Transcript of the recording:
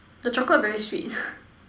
the chocolate very sweet